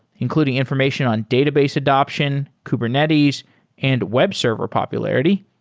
including information on database adaption, kubernetes and web server popularity.